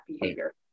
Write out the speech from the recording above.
behavior